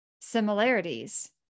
similarities